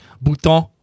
Bouton